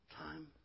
time